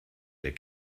der